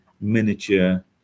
miniature